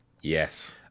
yes